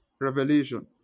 Revelation